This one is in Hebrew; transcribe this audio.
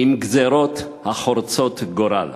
עם גזירות החורצות גורל.